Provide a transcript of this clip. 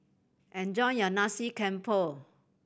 enjoy your Nasi Campur